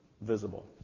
visible